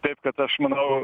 taip kad aš manau